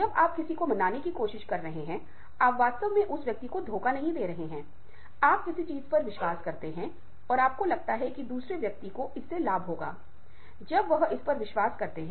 जब आप जानते हैं कि यह अनजाने में हुया है तो आप दूसरे व्यक्ति को चोट नहीं पहुँचाते हैं तो आप दूसरे व्यक्ति पर आक्रामक नहीं होते हैं